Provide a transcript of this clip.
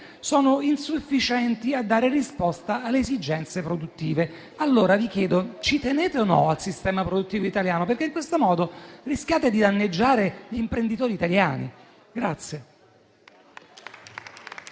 sono insufficienti a dare risposta alle esigenze produttive. Allora vi chiedo se tenete o meno al sistema produttivo italiano, perché in questo modo rischiate di danneggiare gli imprenditori italiani.